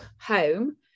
home